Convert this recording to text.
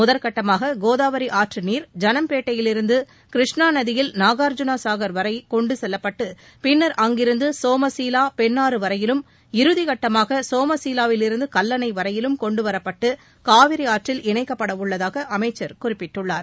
முதற்கட்டமாக கோதாவரி ஆற்று நீர் ஜனம்பேட்டையிலிருந்து கிருஷ்ணா நதியில் நாகார்ஜுனா சாகர் வரை கொண்டுவரப்பட்டு பின்னர் அங்கிருந்து சோமசீலா பெண்ணாறு வரையிலும் இறுதிக்கட்டமாக சோமசீலாவிலிருந்து கல்லனை வரையிலும் கொண்டுவரப்பட்டு காவிரி ஆற்றில் இணைக்கப்படவுள்ளதாக அமைச்சர் குறிப்பிட்டுள்ளார்